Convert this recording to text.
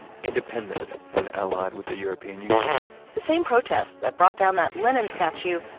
independent and allied with the european union the same protests that brought down that lenin statue,